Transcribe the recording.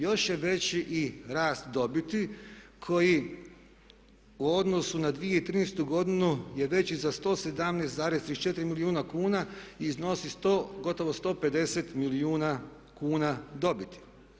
Još je veći i rast dobiti koji u odnosu na 2013. godinu je veći za 117,34 milijuna kuna i iznosi gotovo 150 milijuna kuna dobiti.